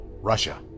Russia